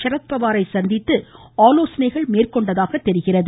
சரத்பவாரை சந்தித்து ஆலோசனை மேற்கொண்டதாக தெரிகிறது